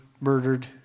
murdered